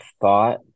thought